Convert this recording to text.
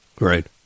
Right